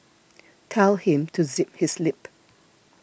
tell him to zip his lip